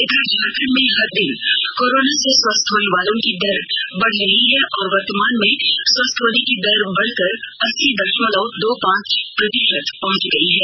इधर झारखंड में हर दिन कोरोना से स्वस्थ होनेवालों की संख्या बढ़ रही है और वर्तमान में स्वस्थ होने की दर बढ़कर अस्सी दशमलव दो पांच प्रतिशत पहुंच गई है